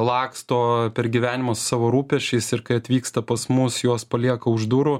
laksto per gyvenimą savo rūpesčiais ir kai atvyksta pas mus juos palieka už durų